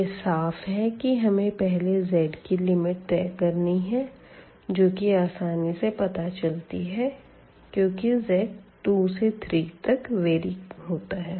यह साफ़ है की हमे पहले zकी लिमिट तय करनी है जो कि आसानी से पता चलती है क्यूंकि z 2 से 3 तक वेरी होती है